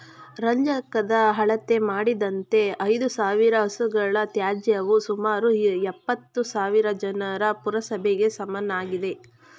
ರಂಜಕದ ಅಳತೆ ಮಾಡಿದಂತೆ ಐದುಸಾವಿರ ಹಸುಗಳ ತ್ಯಾಜ್ಯವು ಸುಮಾರು ಎಪ್ಪತ್ತುಸಾವಿರ ಜನರ ಪುರಸಭೆಗೆ ಸಮನಾಗಿದೆ